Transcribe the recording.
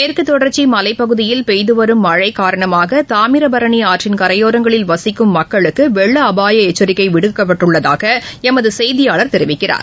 மேற்குத்தொடர்ச்சி மலைப்பகுதியில் பெய்து வரும் மழை காரணமாக தாமிரபரணி ஆற்றின் கரையோரங்களில் வசிக்கும் மக்களுக்கு வெள்ள அபாய எச்சரிக்கை விடுக்கப்பட்டுள்ளதாக எமது செய்தியாளர் தெரிவிக்கிறார்